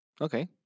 Okay